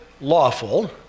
lawful